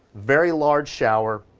very large shower,